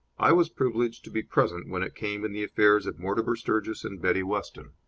i was privileged to be present when it came in the affairs of mortimer sturgis and betty weston.